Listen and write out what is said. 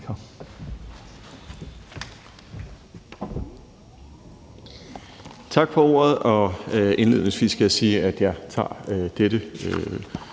Tak for ordet. Indledningsvis skal jeg sige, at jeg tager denne